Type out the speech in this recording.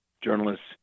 journalists